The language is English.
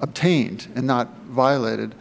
obtained and not violated